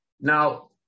now